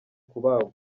kubagwa